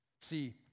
See